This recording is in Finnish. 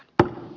tämän